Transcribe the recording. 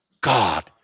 God